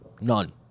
None